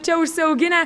čia užsiauginę